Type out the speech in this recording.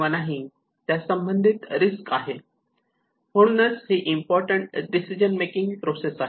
त्यासंबंधित रिस्क आहे म्हणूनच ही इम्पॉर्टंट डिसिजन मेकिंग प्रोसेस आहे